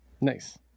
Nice